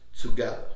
together